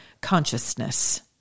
consciousness